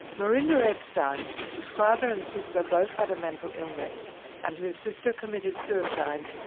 merinda epstein, whose father and sister both had a mental illness and whose sister committed suicide,